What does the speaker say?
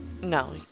No